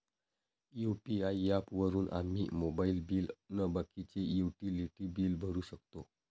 UPI app वापरून आम्ही mobile bill अन बाकीचे युटिलिटी बिल भरू शकतो